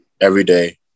everyday